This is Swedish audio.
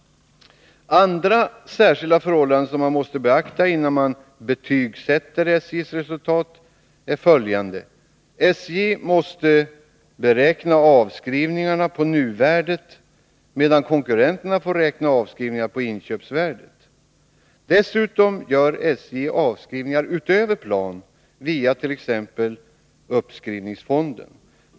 Andra särskilda förhållanden som måste beaktas innan man betygsätter SJ:s resultat är följande: SJ måste beräkna avskrivningarna på nuvärdet, medan konkurrenterna får beräkna dem på inköpsvärdet. SJ gör vidare avskrivningar utöver plan, t.ex. via uppskrivningsfonden.